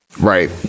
Right